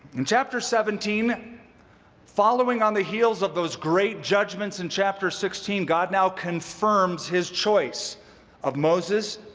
in chapter seventeen following on the heels of those great judgments in chapter sixteen, god now confirms his choice of moses,